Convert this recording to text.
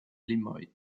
limoj